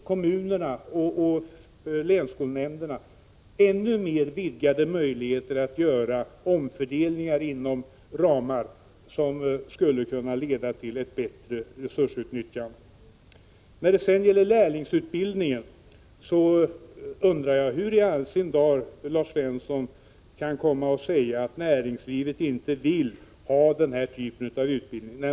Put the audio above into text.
Ge kommunerna och länsskolnämnderna ännu större möjligheter att göra omfördelningar inom ramar som skulle kunna leda till ett bättre resursutnyttjande! När det sedan gäller lärlingsutbildningen undrar jag hur i all sin dar Lars Svensson kan säga att näringslivet inte vill ha denna typ av utbildning.